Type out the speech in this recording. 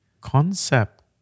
concept